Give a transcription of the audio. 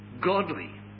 godly